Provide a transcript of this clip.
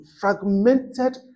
fragmented